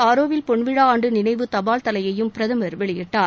ஆரோவில் பொன்விழா ஆண்டு நினைவு தபால் தலையையும் பிரதமர் வெளியிட்டார்